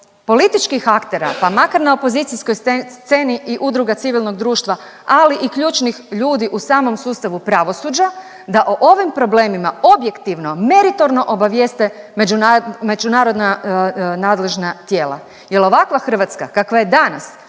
političkih aktera, pa makar na opozicijskoj sceni i udruga civilnog društva, ali i ključnih ljudi u samom sustavu pravosuđa da o ovim problemima objektivno, meritorno obavijeste međunarodna nadležna tijela. Jer ovakva Hrvatska kakva je danas